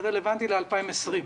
זה רלוונטי ל-2020.